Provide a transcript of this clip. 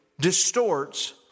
distorts